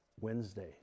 Wednesday